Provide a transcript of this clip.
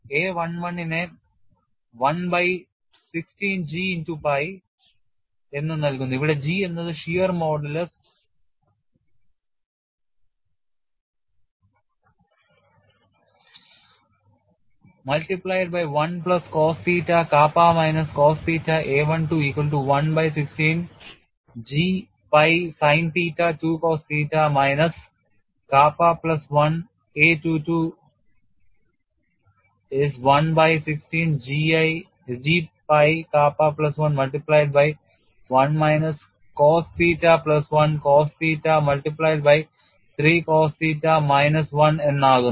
A11 നെ 1 by 16 G into pi എന്ന് നൽകുന്നു ഇവിടെ G എന്നത് shear modulus multiplied by 1 plus cos theta kappa minus cos theta a12 equal to 1 by 16 G pi sin theta 2 cos theta minus kappa plus 1 a22 is 1 by 16 G pi kappa plus 1 multiplied by 1 minus cos theta plus 1 plus cos theta multiplied by 3 cos theta minus 1 എന്നാകുന്നു